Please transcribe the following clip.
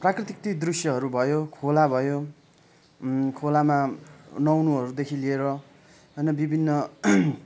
प्राकृतिक ती दृश्यहरू भयो खोला भयो खोलामा नुहाउनुहरूदेखि लिएर होइन विभिन्न